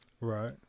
Right